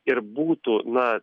ir būtų na